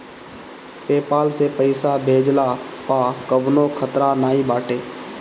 PayPal से पईसा भेजला पअ कवनो खतरा नाइ बाटे